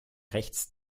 rechts